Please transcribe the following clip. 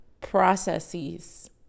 processes